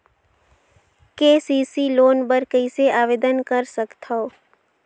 KCC loan बर कइसे आवेदन कर सकथव?